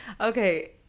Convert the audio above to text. Okay